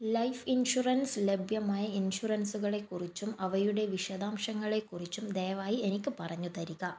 life insurance ലഭ്യമായ ഇൻഷുറൻസുകളെ കുറിച്ചും അവയുടെ വിശദാംശങ്ങളെ കുറിച്ചും ദയവായി എനിക്ക് പറഞ്ഞു തരിക